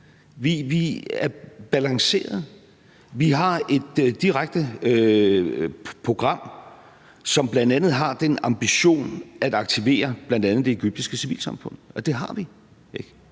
Vi er balancerede. Vi har et direkte program, som bl.a. har den ambition at aktivere det egyptiske civilsamfund. Det har vi.